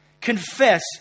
Confess